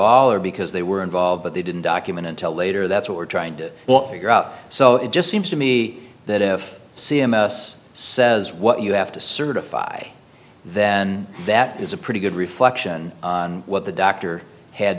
all or because they were involved but they didn't document until later that's what we're trying to figure out so it just seems to me that if c m s says what you have to certify then that is a pretty good reflection what the doctor had